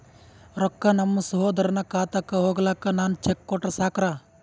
ರೊಕ್ಕ ನಮ್ಮಸಹೋದರನ ಖಾತಕ್ಕ ಹೋಗ್ಲಾಕ್ಕ ನಾನು ಚೆಕ್ ಕೊಟ್ರ ಸಾಕ್ರ?